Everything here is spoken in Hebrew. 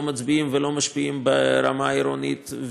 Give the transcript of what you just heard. מצביעים ולא משפיעים ברמה העירונית,